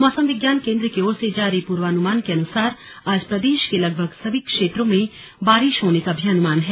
मौसम विज्ञान केंद्र की ओर से जारी पूर्वानुमान के अनुसार आज प्रदेश के लगभग सभी क्षेत्रों में बारिश होने का भी अनुमान है